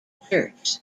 church